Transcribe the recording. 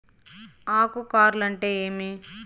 ఆకు కార్ల్ అంటే ఏమి?